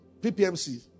PPMC